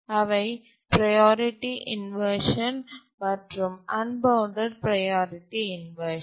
அவை priority inversion மற்றும் unbounded priority inversion